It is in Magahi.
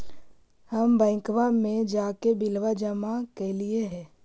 हम बैंकवा मे जाके बिलवा जमा कैलिऐ हे?